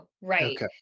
Right